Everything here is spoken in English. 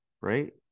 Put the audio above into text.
right